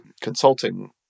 consulting